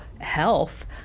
health